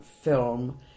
film